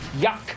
yuck